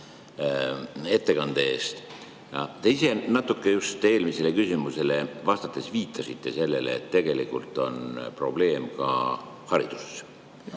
ettekande eest. Te eelmisele küsimusele vastates viitasite sellele, et tegelikult on probleem ka hariduses.